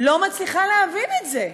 לא מצליחה להבין את זה.